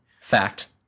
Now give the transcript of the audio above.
Fact